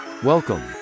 Welcome